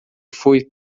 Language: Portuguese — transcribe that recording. fui